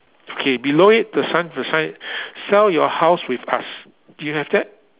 okay below it the sign the sign sell your house with us do you have that